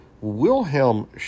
Wilhelm